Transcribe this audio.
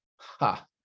Ha